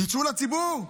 תצאו לציבור,